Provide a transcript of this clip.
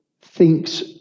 thinks